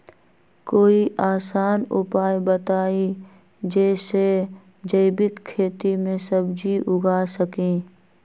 कोई आसान उपाय बताइ जे से जैविक खेती में सब्जी उगा सकीं?